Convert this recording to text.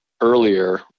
earlier